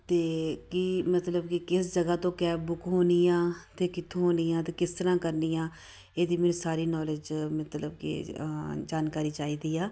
ਅਤੇ ਕੀ ਮਤਲਬ ਕਿ ਕਿਸ ਜਗ੍ਹਾ ਤੋਂ ਕੈਬ ਹੋਣੀ ਆ ਅਤੇ ਕਿੱਥੋਂ ਹੋਣੀ ਆ ਅਤੇ ਕਿਸ ਤਰ੍ਹਾਂ ਕਰਨੀ ਆ ਇਹਦੀ ਮੈਨੂੰ ਸਾਰੀ ਨੌਲੇਜ ਮਤਲਬ ਕਿ ਜਾਣਕਾਰੀ ਚਾਹੀਦੀ ਆ